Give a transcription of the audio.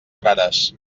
frares